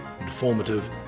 informative